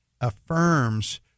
affirms